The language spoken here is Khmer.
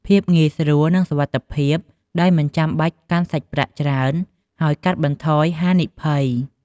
ភាពងាយស្រួល និងសុវត្ថិភាពដោយមិនចាំបាច់កាន់សាច់ប្រាក់ច្រើន ហើយកាត់បន្ថយហានិភ័យ។